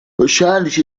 wahrscheinlich